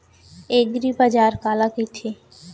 एगरीबाजार काला कहिथे?